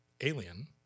alien